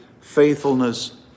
faithfulness